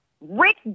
Rick